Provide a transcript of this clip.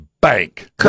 bank